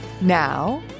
Now